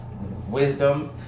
wisdom